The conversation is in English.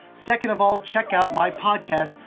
second of all, check out my podcast,